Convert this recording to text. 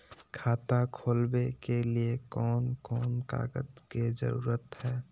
खाता खोलवे के लिए कौन कौन कागज के जरूरत है?